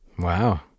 Wow